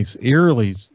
eerily